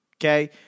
Okay